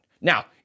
Now